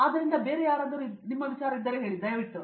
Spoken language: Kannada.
ಆದ್ದರಿಂದ ಬೇರೆ ಯಾರಾದರೂ ಹೌದು ದಯವಿಟ್ಟು